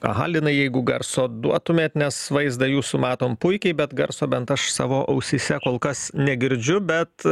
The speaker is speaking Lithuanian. aha linai jeigu garso duotumėt nes vaizdą jūsų matom puikiai bet garso bent aš savo ausyse kol kas negirdžiu bet